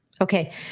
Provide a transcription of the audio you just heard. Okay